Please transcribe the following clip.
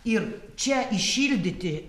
ir čia įšildyti